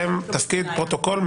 שם ותפקיד לפרוטוקול.